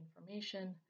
information